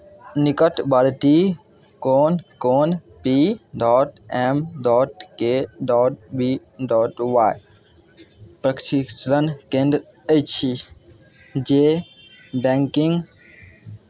निकटवर्ती कोन कोन P dot M dot K dot B dot Y प्रशिक्षण केन्द्र अछि जे बैंकिंग